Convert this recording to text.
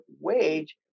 wage